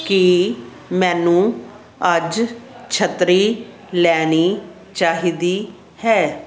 ਕੀ ਮੈਨੂੰ ਅੱਜ ਛੱਤਰੀ ਲੈਣੀ ਚਾਹੀਦੀ ਹੈ